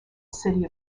city